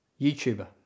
YouTuber